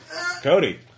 Cody